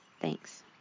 Thanks